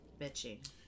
Bitchy